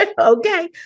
Okay